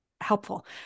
helpful